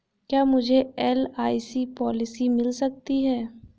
क्या मुझे LIC policy मिल सकती है?